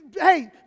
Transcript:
hey